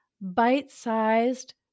bite-sized